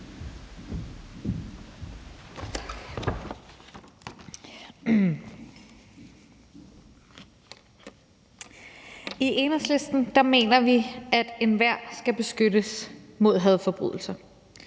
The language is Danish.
I Enhedslisten mener vi, at enhver skal beskyttes mod hadforbrydelser.